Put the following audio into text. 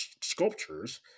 sculptures